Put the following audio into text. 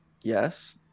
yes